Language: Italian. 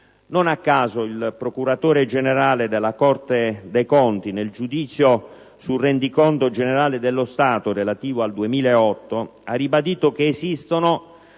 Non a caso, il procuratore generale della Corte dei conti nel giudizio sul rendiconto generale dello Stato relativo al 2008 ha ribadito che esistono